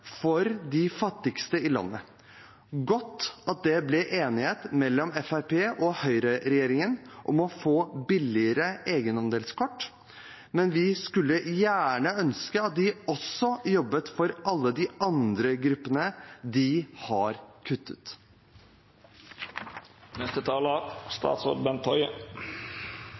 for de fattigste i landet. Det er godt at det ble enighet mellom Fremskrittspartiet og høyreregjeringen om å få billigere egenandelskort, men vi skulle gjerne ønske at de også jobbet for alle de andre gruppene der de har